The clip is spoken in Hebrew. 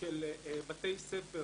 של בתי ספר